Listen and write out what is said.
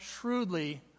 shrewdly